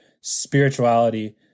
spirituality